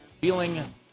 feeling